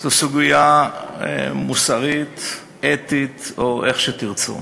זו סוגיה מוסרית, אתית, או איך שתרצו.